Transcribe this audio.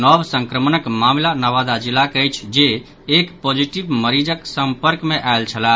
नव संक्रमणक मामिला नवादा जिलाक अछि जे एक पॉजिटिव मरीजक संपर्क मे आयल छलाह